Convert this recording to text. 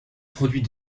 produit